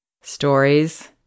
Stories